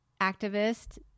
activist